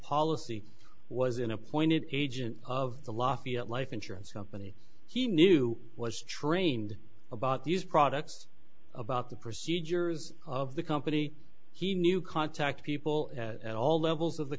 policy was in appointed agent of the lafayette life insurance company he knew was trained about these products about the procedures of the company he knew contact people at all levels of the